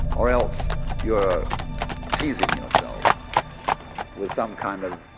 or else you're teasing yourselves with some kind of